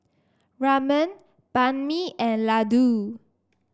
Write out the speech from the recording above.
Ramen Banh Mi and Ladoo